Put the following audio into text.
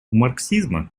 марксизма